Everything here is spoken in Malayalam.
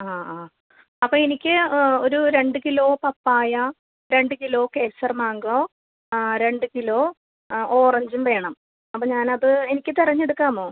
ആ ആ അപ്പോൾ എനിക്ക് ഒരു രണ്ട് കിലോ പപ്പായ രണ്ട് കിലോ കേസർ മാംഗോ രണ്ട് കിലോ ഓറഞ്ചും വേണം അപ്പോൾ ഞാനത് എനിക്ക് തിരഞ്ഞെടുക്കാമോ